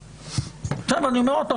אני אומר שוב,